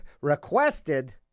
requested